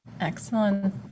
Excellent